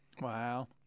Wow